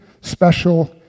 special